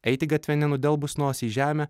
eiti gatve nenudelbus nosį į žemę